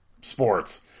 sports